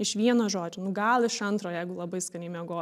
iš vieno žodžio nu gal iš antro jeigu labai skaniai miegojo